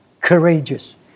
courageous